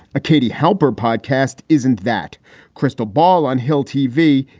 a katie helper podcast. isn't that crystal ball on hill tv?